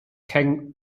king